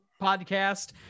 podcast